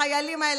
החיילים האלה,